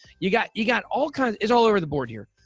you got you got all kinds it's all over the board here.